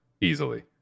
Easily